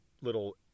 little